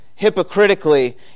hypocritically